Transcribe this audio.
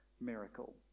miracle